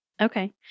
Okay